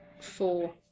four